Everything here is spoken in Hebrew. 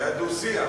שהיה דו-שיח.